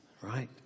Right